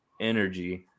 energy